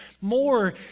more